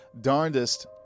darndest